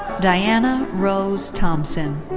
diana rose thompson.